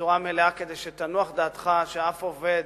בצורה מלאה, כדי שתנוח דעתך שאף עובד